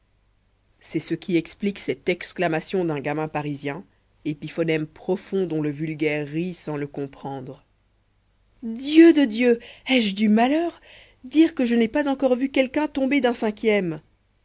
c'est ce qui explique cette exclamation d'un gamin parisien épiphonème profond dont le vulgaire rit sans le comprendre dieu de dieu ai-je du malheur dire que je n'ai pas encore vu quelqu'un tomber d'un cinquième